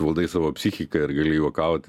valdai savo psichiką ir gali juokaut